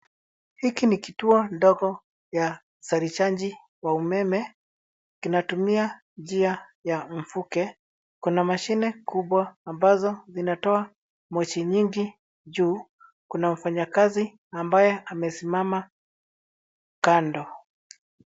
Hii ni kituo ndogo ya uzalishaji wa umeme. Tunatumia njia ya mvuke. Kuna mashine kubwa ambazo zinatoa moshi nyingi juu. Kuna mfanyakazi ambaye amesimama kando.